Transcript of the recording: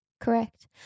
correct